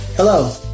Hello